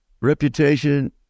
Reputation